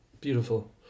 Beautiful